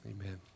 Amen